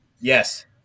Yes